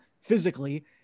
physically